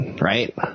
right